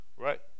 Right